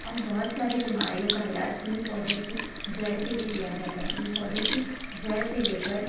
और बहुत सारी बीमारियों का इलाज इन्हीं पौधों की जड़ से भी किया जाता है इन पौधों की जड़ से लेकर